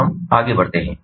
अब हम आगे बढ़ते हैं